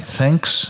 thanks